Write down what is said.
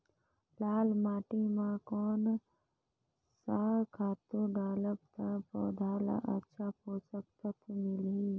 लाल माटी मां कोन सा खातु डालब ता पौध ला अच्छा पोषक तत्व मिलही?